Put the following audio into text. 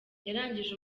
yarangije